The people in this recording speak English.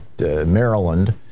Maryland